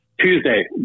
Tuesday